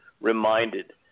reminded